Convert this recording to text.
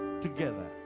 together